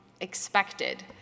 expected